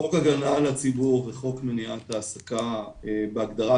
חוק הגנה על הציבור וחוק מניעת העסקה בהגדרת